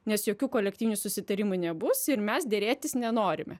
nes jokių kolektyvinių susitarimų nebus ir mes derėtis nenorime